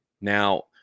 Now